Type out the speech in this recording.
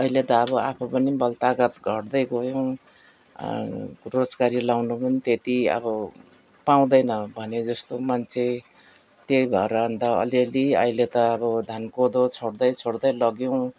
अहिले त अब आफू पनि पो बल तागत घट्दै गयौँ रोजकारी लगाउनु पनि त्यति अब पाउँदैन अब भनेजस्तो मान्छे त्यही भएर अन्त अलिअलि अहिले त अब धान कोदो छोड्दै छोड्दै लग्यौँ